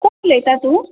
कोण उलयता तूं